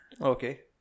Okay